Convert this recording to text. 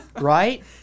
right